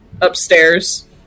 upstairs